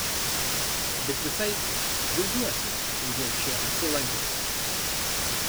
bet visai džiaugiuosi šiandien čia apsilankęs